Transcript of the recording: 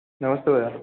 नमस्ते भैया